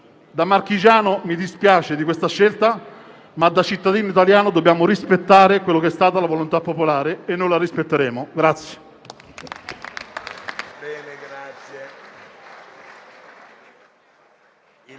Da marchigiano mi dispiace di questa scelta, ma da cittadino italiano dico che dobbiamo rispettare quella che è stata la volontà popolare, e noi la rispetteremo.